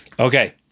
Okay